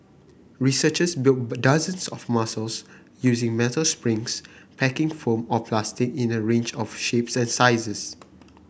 researchers built dozens of muscles using metal springs packing foam or plastic in a range of shapes and sizes